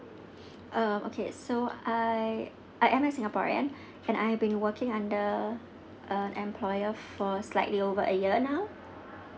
uh okay so I I am a singaporean and I've been working under a employer for slightly over a year now